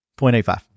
0.85